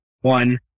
one